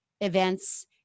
events